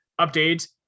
Updates